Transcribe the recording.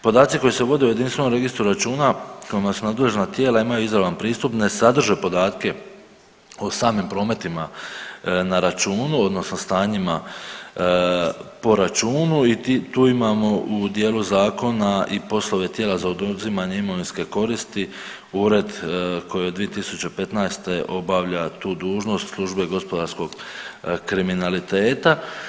Podaci koji se vode u jedinstvenom registru računa kojima su nadležna tijela imaju izravan pristup ne sadrže podatke o samim prometima na računu, odnosno stanjima po računu i tu imamo u dijelu zakona i poslove tijela za oduzimanje imovinske koristi, ured koji od 2015. obavlja tu dužnost službe gospodarskog kriminaliteta.